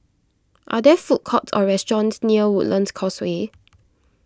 are there food courts or restaurants near Woodlands Causeway